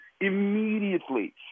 immediately